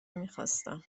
میخواستم